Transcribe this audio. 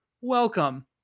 Welcome